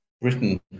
Britain